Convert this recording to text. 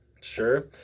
Sure